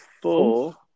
four